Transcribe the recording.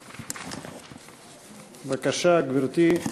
בבקשה, גברתי.